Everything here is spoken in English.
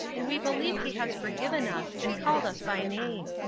and we believe he has forgiven us and called us by name.